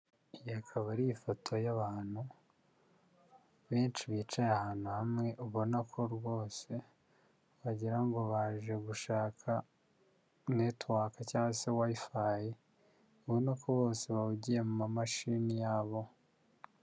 Iyi akaba ari ifoto y'abantu, benshi bicaye ahantu hamwe ubona ko bose wagira ngo baje gushaka network cyangwa se wayifahi ubona ko bose bahugiye mu ma mashini yabo.